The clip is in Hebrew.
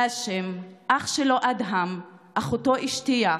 האשם, אח שלו אדהם, אחותו אשתיאק,